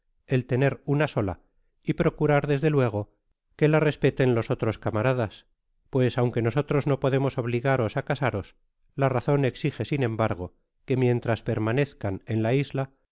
el tener una sola y procurar desde luego ue la respeten nuestros camaradas pues aunque nosotros uo podemos obligaros á asaros la razon exige sin embargo que mientras permanezcais en la isla